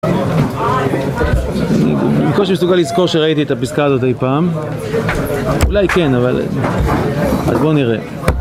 אני בקושי מסוגל לזכור שראיתי את הפסקה הזאת אי פעם, אולי כן, אבל בואו נראה.